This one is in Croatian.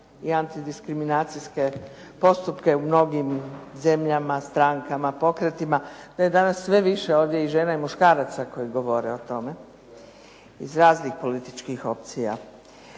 i antidiskriminacijske postupke u mnogim zemljama, strankama, pokretima, da je danas sve više ovdje žena i muškaraca koji govore o tome iz raznih političkih opcija.